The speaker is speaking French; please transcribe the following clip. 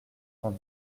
cent